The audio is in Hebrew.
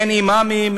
אין אימאמים,